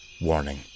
warning